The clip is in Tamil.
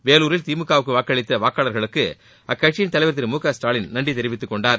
வேலுாரில் திமுக வுக்கு வாக்களித்த வாக்காளர்களுக்கு அக்கட்சியின் தலைவர் திரு மு க ஸ்டாலின் நன்றி தெரிவித்துக் கொண்டார்